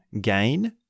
gain